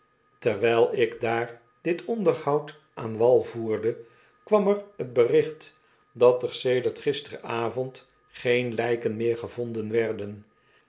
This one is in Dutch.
terwijl ik daar dit onderhoud aan wal voerde kwam er t bericht dat er sedert gisteravond geen lijken meer gevonden werden